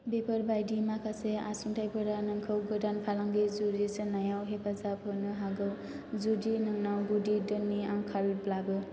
बेफोर बायदि माखासे आसुंथायफोरा नोंखौ गोदान फालांगि जुरि जेननायाव हेफाजाब होनो हागौ जुदि नोंनाव गुदि धोननि आंखालब्लाबो